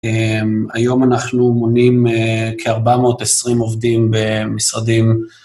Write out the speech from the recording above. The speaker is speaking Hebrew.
היום אנחנו מונים כ-420 עובדים במשרדים.